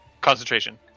concentration